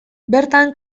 bertan